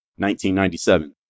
1997